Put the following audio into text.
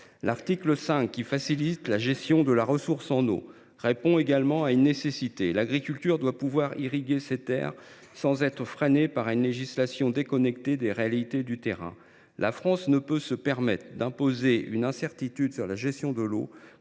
pour objet de faciliter la gestion de la ressource en eau, répond également à une nécessité. L’agriculture doit bénéficier de l’irrigation sans être freinée par une législation déconnectée des réalités du terrain. La France ne peut se permettre une incertitude sur la gestion de l’eau,